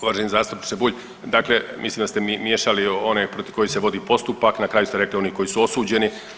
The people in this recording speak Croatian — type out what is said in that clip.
Uvaženi zastupniče Bulj, dakle mislim da ste miješali one protiv kojih se vodi postupak, na kraju ste rekli oni koji su osuđeni.